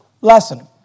lesson